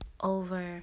over